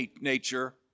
nature